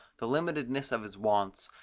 the limitedness of his wants,